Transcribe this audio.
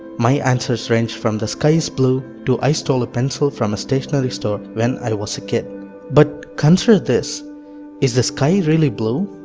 my answers ranged from the sky is blue, to i stole a pencil from a stationery store when i was a kid but consider this is the sky really blue?